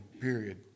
period